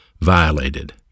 violated